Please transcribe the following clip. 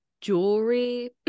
jewelry